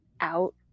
out